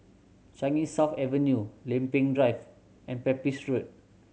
Changi South Avenue Lempeng Drive and Pepys Road